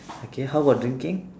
okay how about drinking